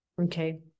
Okay